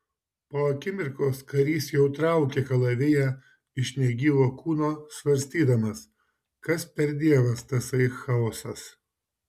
po akimirkos karys jau traukė kalaviją iš negyvo kūno svarstydamas kas per dievas tasai chaosas